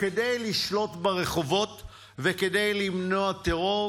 כדי לשלוט ברחובות וכדי למנוע טרור,